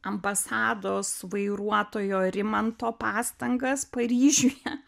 ambasados vairuotojo rimanto pastangas paryžiuje